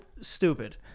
stupid